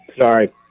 sorry